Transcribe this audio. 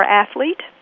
athlete